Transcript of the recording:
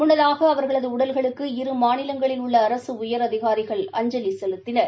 முன்னதாகஅவர்களதுடடல்களுக்கு இருமாநிலங்களில் உள்ளஅரசுஉயரதிகாரிகள் அஞ்சலிசெலுத்தினர்